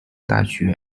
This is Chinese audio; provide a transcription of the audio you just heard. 大学